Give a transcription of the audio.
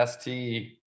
ST